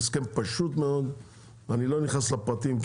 זה הסכם פשוט מאוד, אני לא נכנס לפרטים.